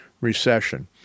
recession